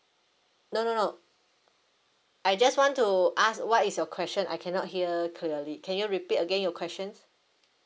no no no I just want to ask what is your question I cannot hear clearly can you repeat again your questions